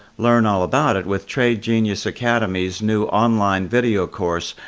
learn all about it with trade genius academy's new online video course,